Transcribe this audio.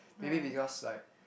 maybe because like